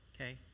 okay